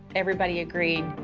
everybody agreed,